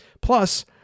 Plus